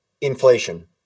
inflation